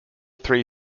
three